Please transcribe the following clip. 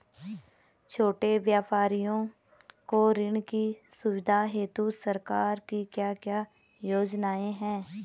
छोटे व्यापारियों को ऋण की सुविधा हेतु सरकार की क्या क्या योजनाएँ हैं?